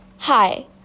hi